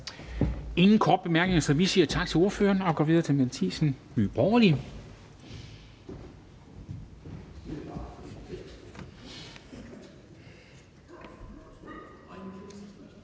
Ingen korte bemærkninger, så vi siger tak til ordføreren – og går videre til fru Mette Thiesen, Nye Borgerlige.